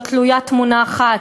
לא תלויה תמונה אחת.